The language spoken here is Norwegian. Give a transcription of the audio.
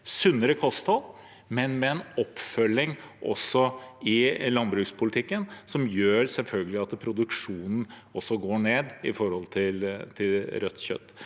sunnere kosthold, men med en oppfølging i landbrukspolitikken som gjør at produksjonen av rødt kjøtt